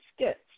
skits